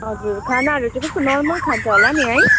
हजुर खानाहरू चाहिँ कस्तो नर्मल खान्छ होला नि है